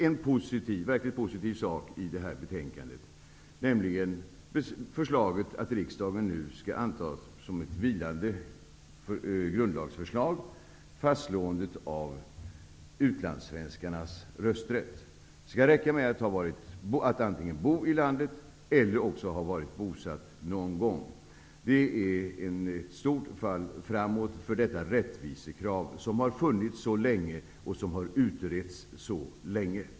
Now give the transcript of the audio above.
En verkligt positiv sak i detta betänkande är förslaget att riksdagen nu som vilande skall anta ett grundlagsförslag, nämligen fastslåendet av utlandssvenskarnas rösträtt. Det skall räcka med att antingen bo i landet eller att ha varit bosatt någon gång. Det är ett stort fall framåt för detta rättvisekrav, som har funnits så länge och som har utretts så länge.